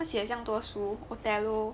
又写这样多书 otello